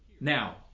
now